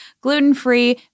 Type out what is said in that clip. gluten-free